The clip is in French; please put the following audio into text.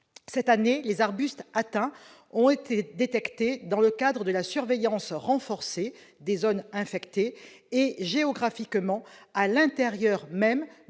Cette année, les arbustes atteints ont été détectés dans le cadre de la surveillance renforcée des zones infectées et, géographiquement, à l'intérieur même